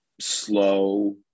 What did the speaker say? slow